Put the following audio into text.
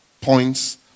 points